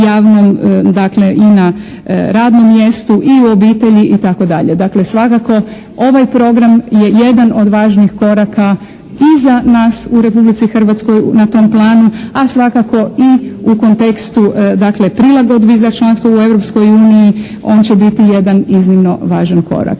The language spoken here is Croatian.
i na radnom mjestu i u obitelji itd. Dakle svakako ovaj program je jedan od važnih koraka i za nas u Republici Hrvatskoj na tom planu, a svakako i u kontekstu dakle prilagodbi za članstvo u Europskoj uniji, on će biti jedan iznimno važan korak.